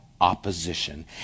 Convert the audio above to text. opposition